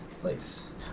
place